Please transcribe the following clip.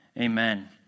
amen